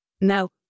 No